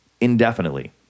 indefinitely